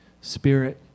Spirit